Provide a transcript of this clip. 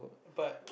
but